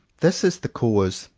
this is the cause,